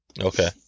Okay